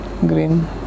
green